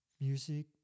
music